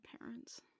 Parents